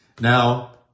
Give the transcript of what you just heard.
Now